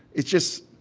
it's just,